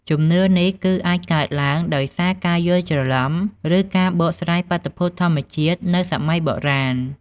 ជំនឿនេះគឺអាចកើតឡើងដោយសារការយល់ច្រឡំ ឬការបកស្រាយបាតុភូតធម្មជាតិនៅសម័យបុរាណ ។